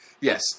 Yes